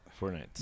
Fortnite